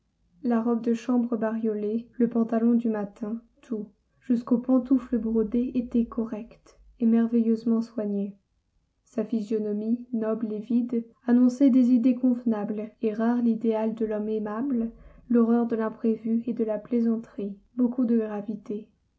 la robe de chambre bariolée le pantalon du matin tout jusqu'aux pantoufles brodées était correct et merveilleusement soigné sa physionomie noble et vide annonçait des idées convenables et rares l'idéal de l'homme aimable l'horreur de l'imprévu et de la plaisanterie beaucoup de gravité